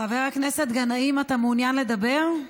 חבר הכנסת גנאים, אתה מעוניין לדבר?